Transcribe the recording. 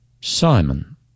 Simon